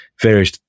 various